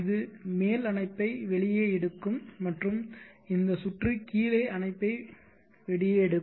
இது மேல் அணைப்பை வெளியே எடுக்கும் மற்றும் இந்த சுற்று கீழே அணைப்பை வெளியே எடுக்கும்